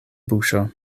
buŝo